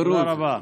תודה רבה.